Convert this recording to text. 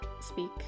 speak